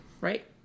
right